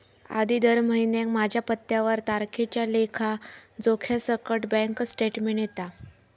आधी दर महिन्याक माझ्या पत्त्यावर तारखेच्या लेखा जोख्यासकट बॅन्क स्टेटमेंट येता